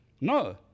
No